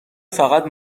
فقط